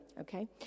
okay